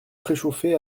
préchauffé